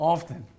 Often